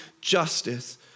justice